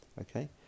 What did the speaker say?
Okay